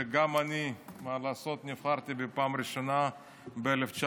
וגם אני, מה לעשות, נבחרתי בפעם הראשונה ב-1999.